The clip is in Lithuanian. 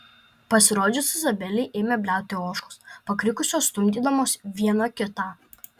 pasirodžius izabelei ėmė bliauti ožkos pakrikusios stumdydamos viena kitą